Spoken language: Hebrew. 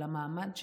למעמד שלהם,